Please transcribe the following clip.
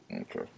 Okay